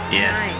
yes